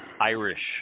Irish